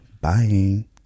Bye